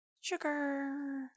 Sugar